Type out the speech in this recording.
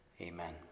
Amen